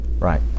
Right